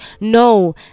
No